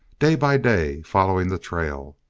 day by day following the trail.